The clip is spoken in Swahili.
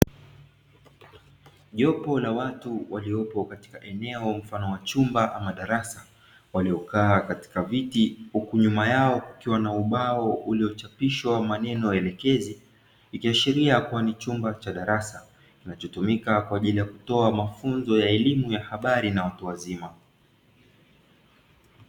Jopo la watu waliopo katika eneo mfano wa chumba ama darasa waliokaa katika viti huku nyuma yao kukiwa na ubao uliochapishwa maneno elekezi ikiashiria kuwa ni chumba cha darasa kinachotumika kwa ajili ya kutoa mafunzo ya elimu ya habari na watu wazima.